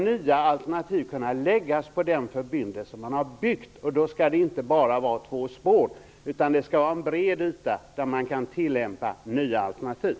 Nya alternativ skall kunna läggas på den förbindelse som man har byggt. Därför skall det inte bara vara två spår utan en bred yta där man kan tillämpa nya alternativ.